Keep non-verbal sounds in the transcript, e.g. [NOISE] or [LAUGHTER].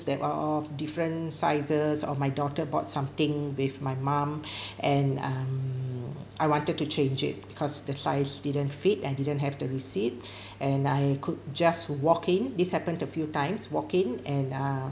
that are of different sizes of my daughter bought something with my mom [BREATH] and um I wanted to change it because that size didn't fit and didn't have the receipt [BREATH] and I could just walk in this happened a few times walk in and uh